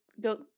go